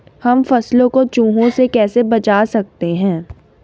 हम फसलों को चूहों से कैसे बचा सकते हैं?